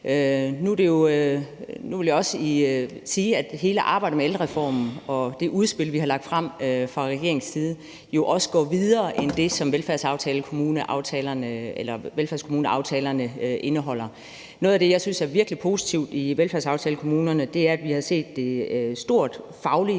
Nu vil jeg også sige, at hele arbejdet med ældrereformen og det udspil, vi har lagt frem fra regeringens side, jo også går videre end det, som velfærdsaftalerne indeholder. Noget af det, jeg virkelig synes er positivt i velfærdsaftalekommunerne, er, at vi har set et stort,